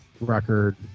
record